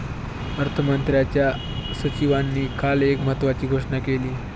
अर्थमंत्र्यांच्या सचिवांनी काल एक महत्त्वाची घोषणा केली